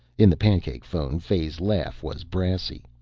in the pancake phone fay's laugh was brassy.